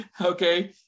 Okay